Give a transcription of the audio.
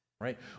Right